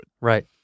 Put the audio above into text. right